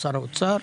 שר האוצר.